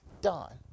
done